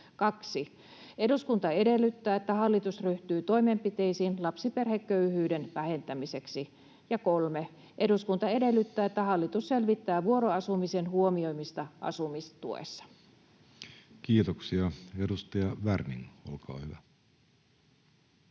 2. ”Eduskunta edellyttää, että hallitus ryhtyy toimenpiteisiin lapsiperheköyhyyden vähentämiseksi.” 3. ”Eduskunta edellyttää, että hallitus selvittää vuoroasumisen huomioimista asumistuessa.” [Speech 208] Speaker: